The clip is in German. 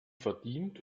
verdient